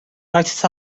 write